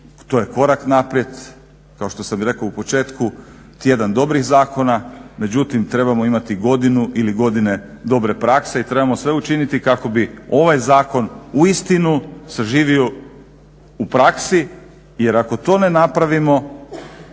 To je korak naprijed. Kao što samo rekao i u početku tjedan dobrih zakona, međutim trebamo imati godinu ili godine dobre prakse i trebamo sve učiniti kako bi ovaj zakon uistinu saživo u praksi jer ako to ne napravimo